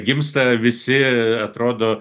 gimsta visi atrodo